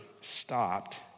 stopped